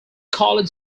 college